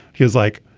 he is like.